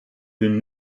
d’une